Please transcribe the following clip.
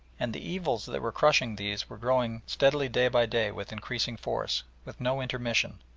and the evils that were crushing these were growing steadily day by day with increasing force, with no intermission,